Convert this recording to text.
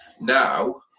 Now